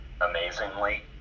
amazingly